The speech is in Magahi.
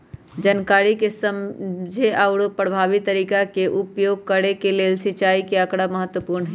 जनकारी के समझे आउरो परभावी तरीका के उपयोग करे के लेल सिंचाई के आकड़ा महत्पूर्ण हई